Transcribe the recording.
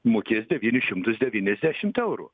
mokės devynis šimtus devyniasdešimt eurų